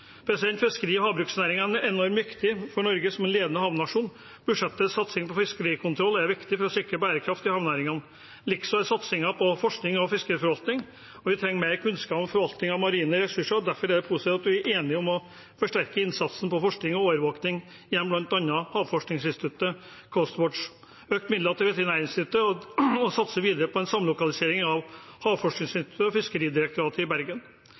Fiskeri- og havbruksnæringen er enormt viktig for Norge som en ledende havnasjon. Budsjettets satsing på fiskerikontroll er viktig for å sikre bærekraft i havnæringene, likeså er satsingen på forskning og fiskeriforvaltning. Vi trenger mer kunnskap om forvaltning av marine ressurser. Derfor er det positivt at vi er enige om å forsterke innsatsen på forskning og overvåkning gjennom bl.a. Havforskningsinstituttets Coastwatch, økte midler til Veterinærinstituttet og videre satsing på en samlokalisering av Havforskningsinstituttet og Fiskeridirektoratet i Bergen.